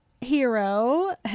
hero